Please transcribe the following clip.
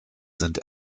sind